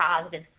positive